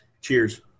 Cheers